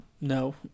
No